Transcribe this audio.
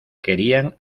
querían